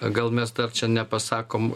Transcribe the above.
gal mes dar čia nepasakom